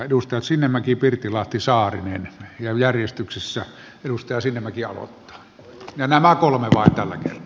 edustajat sinnemäki pirttilahti saarinen ja vain nämä kolme tällä kertaa